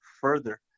further